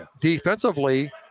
Defensively